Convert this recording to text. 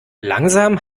langsam